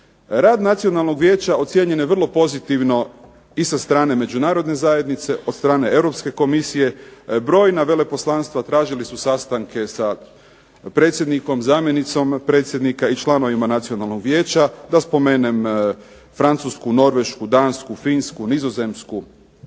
Rad Nacionalnog vijeća ocijenjen je vrlo pozitivno i sa strane Međunarodne zajednice, od strane Europske komisije. Brojna veleposlanstva tražili su sastanke sa predsjednikom, zamjenicom predsjednika i članovima Nacionalnog vijeća. Da spomenem Francusku, Norvešku, Dansku, Finsku, Nizozemsku.